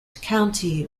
county